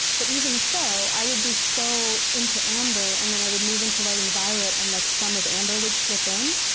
but even so, i would be so into amber. and then i would move into writing violet, and like some of the amber would slip in.